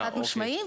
אה, אוקיי.